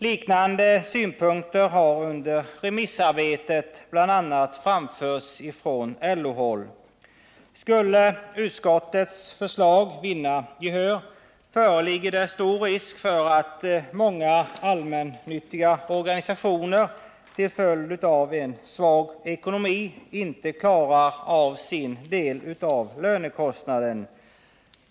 Liknande synpunkter har under remissarbetet bl.a. framförts från LO-håll. Skulle utskottets förslag vinna gehör föreligger det stor risk för att många allmännyttiga organisationer, till följd av en svag ekonomi, inte klarar av sin del av lönekostnaden.